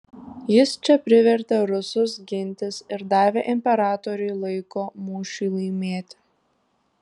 jis čia privertė rusus gintis ir davė imperatoriui laiko mūšiui laimėti